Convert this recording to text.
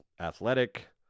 Athletic